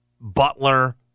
Butler